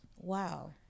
Wow